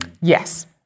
Yes